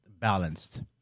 balanced